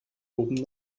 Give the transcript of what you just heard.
oben